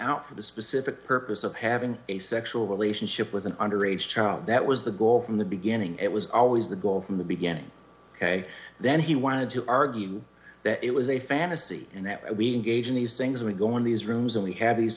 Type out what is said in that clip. out for the specific purpose of having a sexual relationship with an underage child that was the goal from the beginning it was always the goal from the beginning ok then he wanted to argue that it was a fantasy and that we engage in these things we go in these rooms and we have these